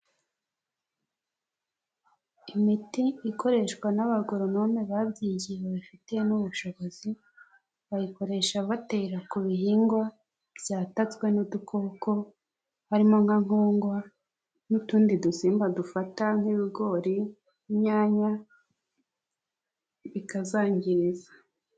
Imiti ikoreshwa n'abagoronome babyigiye babifitiye n'ubushobozi. Bayikoresha batera ku bihingwa, byatatswe n'udukoko, harimo nka nkongwa, n'utundi dusimba dufata nk'ibigori, inyanya, bikazangiriza.